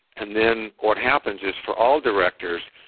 and then what happens is for all directors,